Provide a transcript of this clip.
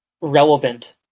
relevant